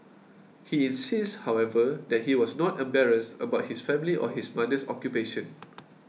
he insists however that he was not embarrassed about his family or his mother's occupation